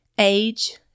Age